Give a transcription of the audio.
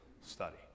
study